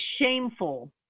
shameful